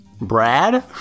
Brad